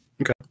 Okay